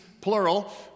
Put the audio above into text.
plural